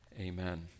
Amen